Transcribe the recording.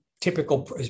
Typical